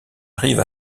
arrive